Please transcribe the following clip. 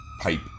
pipe